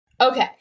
Okay